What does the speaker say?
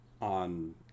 on